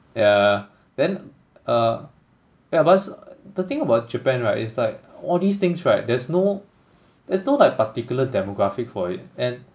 yeah then uh yeah but it's the thing about Japan right it's like all these things right there's no there's no like particular demographic for it and